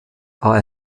war